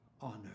honor